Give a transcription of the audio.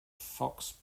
fox